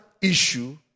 issue